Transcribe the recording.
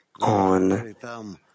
on